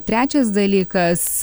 trečias dalykas